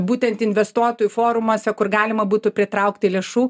būtent investuotojų forumuose kur galima būtų pritraukti lėšų